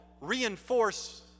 reinforce